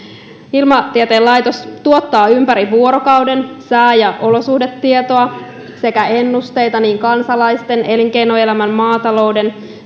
ilmatieteen laitos tuottaa ympäri vuorokauden sää ja olosuhdetietoa sekä ennusteita niin kansalaisten elinkeinoelämän maatalouden